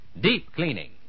Deep-cleaning